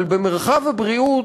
אבל במרחב הבריאות,